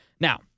Now